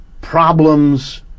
problems